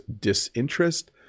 disinterest